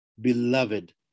beloved